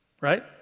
Right